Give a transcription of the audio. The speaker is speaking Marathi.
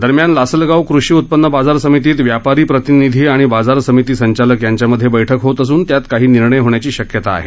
दरम्यान लासलगाव कृषी उत्पन्न बाजार समितीत व्यापारी प्रतिनिधी आणि बाजार समिती संचालक यांच्यात बैठक होत असून त्यात काही निर्णय होण्याची शक्यता आहे